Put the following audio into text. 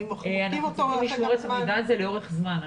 אנחנו רוצים לשמור את המידע הזה לאורך זמן.